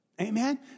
Amen